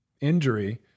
injury